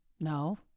No